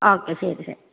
okay ശരി ശരി